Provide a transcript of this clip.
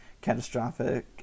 Catastrophic